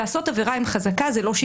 לעשות עבירה עם חזקה זה לא שגרתי.